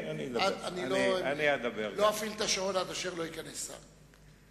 לא אפעיל את השעון עד אשר ייכנס שר.